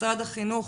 משרד החינוך,